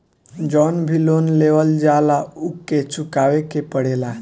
जवन भी लोन लेवल जाला उके चुकावे के पड़ेला